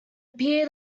appear